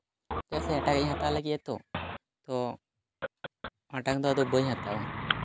ᱪᱮᱫᱟᱜ ᱮᱴᱟᱜᱟᱜ ᱤᱧ ᱦᱟᱛᱟᱣ ᱞᱟᱹᱜᱤᱫ ᱟᱛᱚ ᱛᱚ ᱚᱱᱟᱴᱟᱝ ᱫᱚ ᱟᱫᱚ ᱵᱟᱹᱧ ᱦᱟᱛᱟᱣᱟ